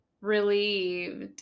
relieved